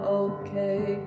okay